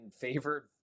favored